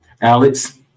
Alex